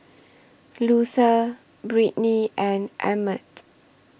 Luther Brittnee and Emett